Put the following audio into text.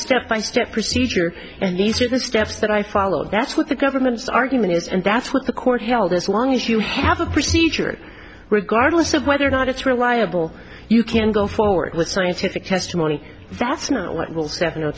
step by step procedure and these are the steps that i follow that's what the government's argument is and that's what the court held as long as you have a procedure regardless of whether or not it's reliable you can go forward with scientific testimony that's not what will